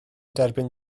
derbyn